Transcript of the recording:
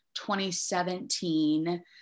2017